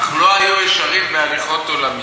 אך לא היו ישרים בהליכות עולמים.